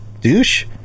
douche